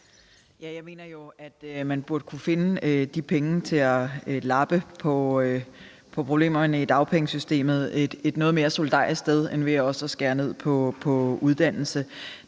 Jeg mener jo, at man burde kunne finde de penge til at lappe på problemerne i dagpengesystemet et noget mere solidarisk sted end ved at skære ned på uddannelse.